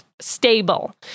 stable